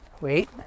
wait